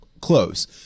close